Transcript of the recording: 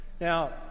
Now